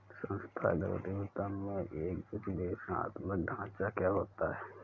संस्थागत उद्यमिता में एक विश्लेषणात्मक ढांचा क्या होता है?